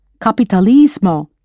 capitalismo